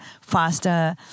faster